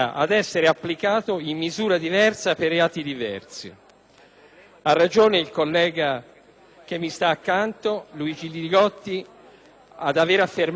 Ha ragione il collega che mi sta accanto, Luigi Li Gotti, nell'affermare che ci si appresta a creare una varietà di diritti speciali.